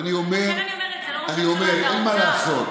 לכן אני אומרת: זה לא ראש הממשלה, זה האוצר.